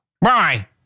Bye